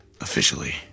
Officially